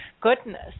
goodness